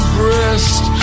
breast